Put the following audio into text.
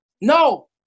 no